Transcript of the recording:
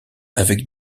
avec